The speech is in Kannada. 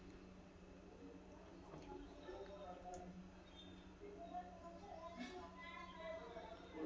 ಕೆಲವಂದ್ಸಲ ರ್ಯಾಂಚಿಂಗ್ ನ್ಯಾಗ ಉಷ್ಟ್ರಪಕ್ಷಿಗಳು, ಕಾಡೆಮ್ಮಿಗಳು, ಅಲ್ಕಾಸ್ಗಳಂತ ಪ್ರಾಣಿಗಳನ್ನೂ ಸಾಕಾಣಿಕೆ ಮಾಡ್ತಾರ